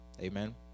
Amen